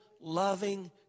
loving